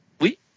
Oui